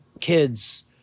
kids